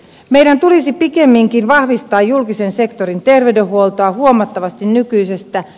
meidän tulisi pikemminkin vahvistaa julkisen sektorin terveydenhuoltoa huomattavasti nykyisestä